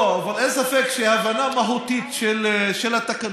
לא, אבל אין ספק שהבנה מהותית של התקנון